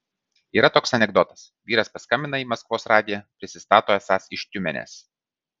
yra toks anekdotas vyras paskambina į maskvos radiją prisistato esąs iš tiumenės